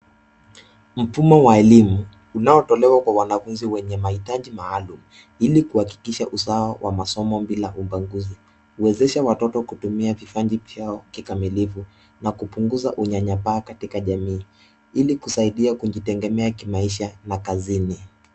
Mfumo wa elimu unaotolewa kwa wanafunzi wenye mahitaji maalum ili kuhakikisha usawa wa masomo bila ubaguzi, huwezesha watoto kutumia vipaji vyao kikamilifu na kupunguza unyanyapaa katika jamii ili kusaidia kujitegemea kimaisha na kazini.